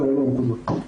אלה הנקודות.